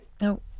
No